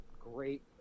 great